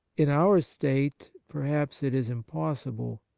in our state perhaps it is im possible.